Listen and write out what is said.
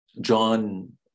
John